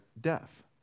death